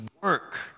work